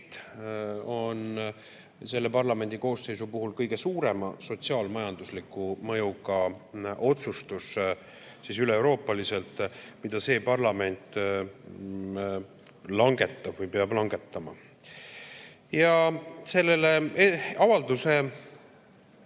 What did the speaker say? on selle parlamendikoosseisu puhul kõige suurema sotsiaal-majandusliku mõjuga otsustus üleeuroopaliselt, mida see parlament langetab või peab langetama. Sellele avalduse